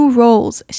roles